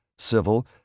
civil